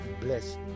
Bless